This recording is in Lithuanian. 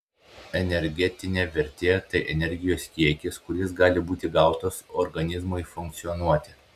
energetinė vertė tai energijos kiekis kuris gali būti gautas organizmui funkcionuoti